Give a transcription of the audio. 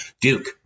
Duke